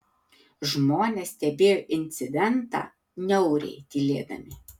žmonės stebėjo incidentą niauriai tylėdami